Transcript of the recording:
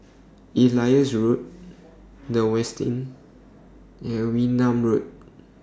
Elias Road The Westin and Wee Nam Road